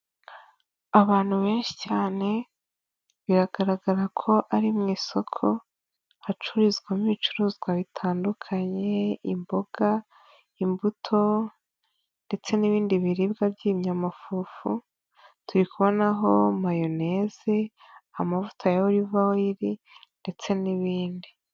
Abantu benshi cyane, biragaragara ko ari mu isoko hacururizwamo ibicuruzwa bitandukanye imboga, imbuto ndetse n'ibindi biribwa by'ibinyamafufu, turi kubonaho mayonezi, amavuta ya oliva oyiri ndetse n'ibindi.